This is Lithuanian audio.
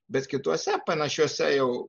bet kituose panašiuose jau